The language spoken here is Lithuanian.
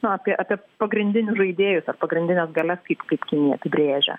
na apie apie pagrindinius žaidėjus ar pagrindines galias kaip kaip kinija apibrėžia